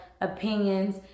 opinions